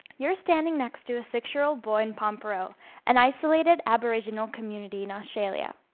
you are standing next to a six-year-old boy in pormpuraaw, an isolated aboriginal community in australia.